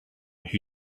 who